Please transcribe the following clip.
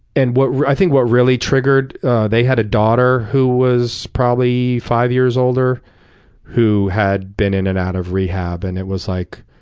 and i think what really triggered they had a daughter who was probably five years older who had been in and out of rehab. and it was like,